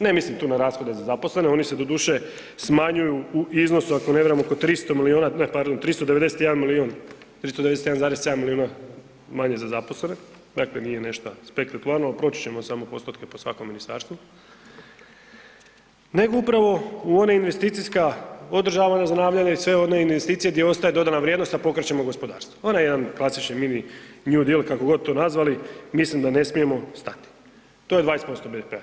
Ne mislim tu na rashode za zaposlene oni se tu doduše smanjuju u iznosu ako se ne varam oko 300 miliona, ne pardon 391 milion 391,7 miliona manje za zaposlene dakle nije nešta spektakularno proći ćemo samo postotke po svakom ministarstvu, nego upravo u ona investicijska održavanja, zanavljanja i sve one investicije gdje ostaje dodana vrijednost, a pokrećemo gospodarstvo onaj jedan klasični mini new deal kako god to nazvali, mislim da ne smijemo stati to je 20% BDP-a.